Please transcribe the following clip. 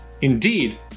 Indeed